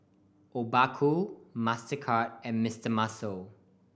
Obaku Mastercard and Mister Muscle